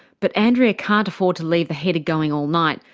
but andrea can't afford to leave the heater going all night,